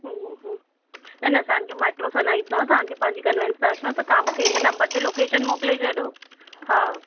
हूं हूं हूं न न असांखे मेट्रो सां न अचिणो आहे असांखे पंहिंजी कनवेंस सां अचिणो आहे त तव्हां मूंखे हिन नम्बर ते लोकेशन मोकिले छॾियो हा